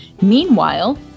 Meanwhile